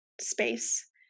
space